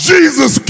Jesus